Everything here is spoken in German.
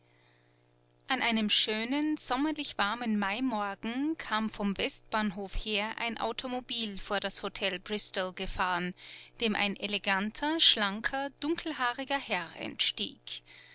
an einem schönen sommerlich warmen maimorgen kam vom westbahnhof her ein automobil vor das hotel bristol gefahren dem ein eleganter schlanker dunkelhaariger herr entstieg